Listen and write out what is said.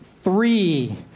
Three